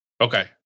okay